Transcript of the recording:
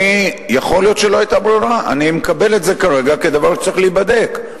אני מקבל את זה כרגע כדבר שצריך להיבדק.